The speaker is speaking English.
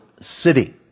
city